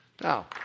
Now